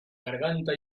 garganta